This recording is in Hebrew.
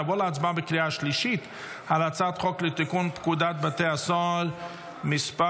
נעבור להצבעה בקריאה השלישית על הצעת חוק לתיקון פקודת בתי הסוהר (מס'